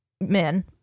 men